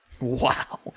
Wow